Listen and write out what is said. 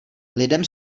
lidem